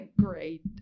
great